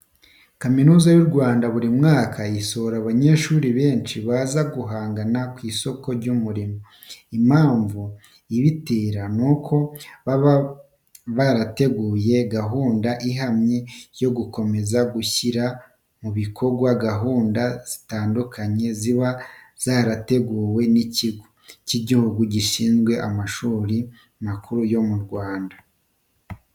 Kaminuza y'u Rwanda, buri mwaka isohora abanyeshuri benshi baza guhanganga ku isoko ry'umurimo. Impamvu ibitera nuko baba barateguye gahunda ihamye yo gukomeza gushyira mu bikorwa gahunda zitandukanye ziba zarateguwe n'ikigo cy'igihugu gishinzwe amashuri makuru yo mu Rwanda.